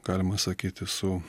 galima sakyti su